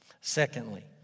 Secondly